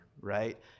right